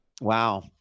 Wow